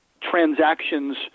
transactions